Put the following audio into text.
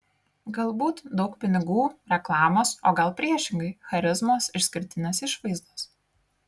galbūt daug pinigų reklamos o gal priešingai charizmos išskirtinės išvaizdos